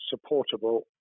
supportable